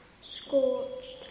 scorched